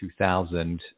2000